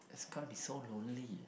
it's gonna be so lonely